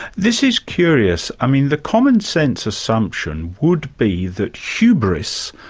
this is curious, i mean, the common sense assumption would be that hubris,